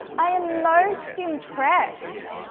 i am most impressed,